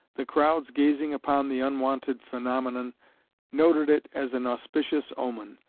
the crowds gazing upon the unwonted phenomenon noted it as an auspicious omen,